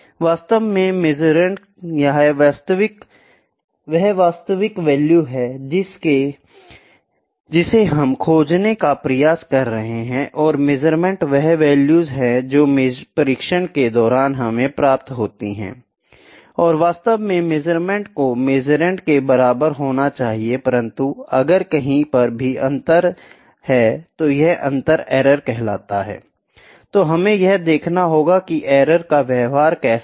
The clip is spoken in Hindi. वास्तव में मेसुरंड वह वास्तविक वैल्यू है जिसे हम खोजने का प्रयास कर रहे हैं और मेजरमेंट वह वैल्यूज है जो परीक्षण के दौरान हमें प्राप्त होती हैं I और वास्तव में मेजरमेंट को मेसुरंड के बराबर होना चाहिए परंतु अगर कहीं पर भी कुछ अंतर है तो यह अंतर एरर कहलाता है I तो हमें यह देखना होगा कि एरर का व्यवहार कैसा है